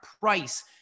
price